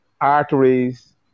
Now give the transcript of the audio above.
arteries